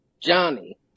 Johnny